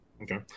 Okay